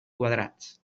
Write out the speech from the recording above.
quadrats